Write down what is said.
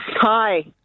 Hi